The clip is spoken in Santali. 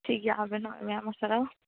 ᱴᱷᱤᱠᱜᱮᱭᱟ ᱟᱵᱤᱱ ᱦᱚᱸ ᱟ ᱰᱤ ᱟᱭᱢᱟ ᱟᱭᱢᱟ ᱥᱟᱨᱦᱟᱣ